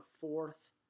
fourth